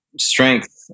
strength